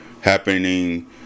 happening